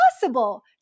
possible